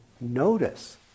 notice